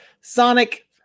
sonic